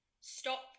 stop